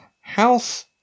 house